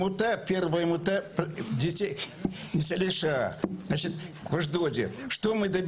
והעמותה שלנו נלחמה כדי שנקבל